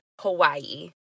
Hawaii